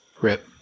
Rip